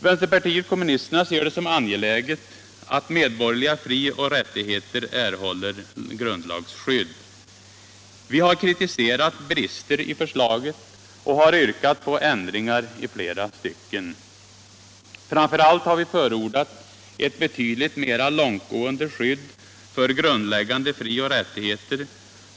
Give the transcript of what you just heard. Vänsterpartiet kommunisterna ser det som angeläget att medborgerliga frioch rättigheter erhåller grundlagsskydd. Vi har kritiserat brister i förslaget och yrkat på ändringar i flera stycken. Framför allt har vi förordat ett betydligt mer långtgående skydd för grundläggande frioch rättigheter.